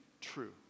true